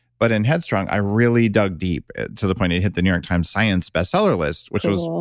but in head strong, i really dug deep to the point it hit the new york times science best-seller list, which was